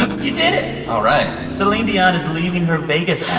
but you did it all right celine dion is leaving her vegas act.